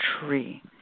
tree